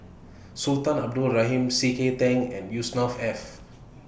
Sultan Abdul Rahman C K Tang and Yusnor Ef